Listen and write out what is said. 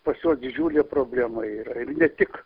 pas juos didžiulė problema yra ne tik